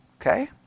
Okay